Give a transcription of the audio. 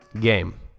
game